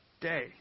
day